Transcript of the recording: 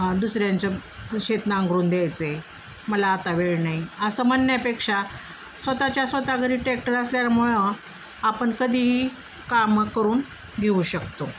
दुसऱ्यांच्या शेत नांगरून द्यायचं आहे मला आता वेळ नाही असं म्हणण्यापेक्षा स्वतःच्या स्वतः घरी टॅक्टर असल्यामुळं आपण कधीही कामं करून घेऊ शकतो